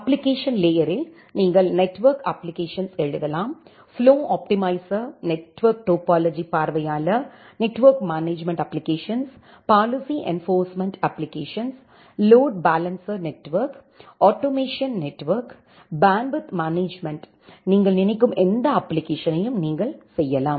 application லேயரில் நீங்கள் network applications எழுதலாம் ஃப்ளோ ஆப்டிமைசர் நெட்வொர்க் டோபாலஜி பார்வையாளர் network management applications policy enforcement application load balancer network automation network bandwidth management நீங்கள் நினைக்கும் எந்த அப்ளிகேஷன்ஸையும் நீங்கள் செய்யலாம்